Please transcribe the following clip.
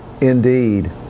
indeed